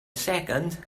second